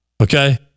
Okay